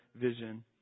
vision